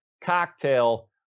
cocktail